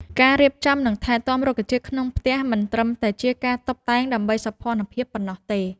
ការរៀបចំ និងថែទាំរុក្ខជាតិក្នុងផ្ទះមិនត្រឹមតែជាការតុបតែងដើម្បីសោភ័ណភាពប៉ុណ្ណោះទេ